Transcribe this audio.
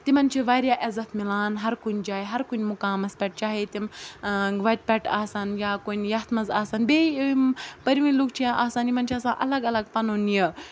تِمَن چھِ واریاہ عزت مِلان ہرکُنہِ جاے ہرکُنہِ مُقامَس پٮ۪ٹھ چاہے تِم وَتہِ پٮ۪ٹھ آسَن یا کُنہِ یَتھ منٛز آسَن بیٚیہِ یِم پٔرۍوُن لُکھ چھِ یا آسان یِمَن چھِ آسان الگ الگ پَنُن یہِ